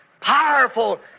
powerful